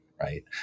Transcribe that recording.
right